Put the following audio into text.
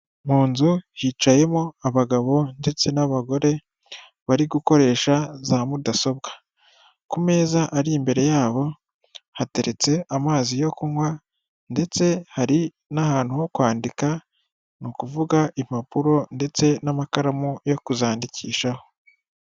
Mu nzu hicayemo abagabo ndetse n'abagore bari gukoresha za mudasobwa, ku meza ari imbere yabo hateretse amazi yo kunywa ndetse hari n'ahantu ho kwandika ni ukuvuga impapuro ndetse n'amakaramu yo kuzandikishaho.